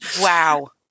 Wow